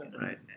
Right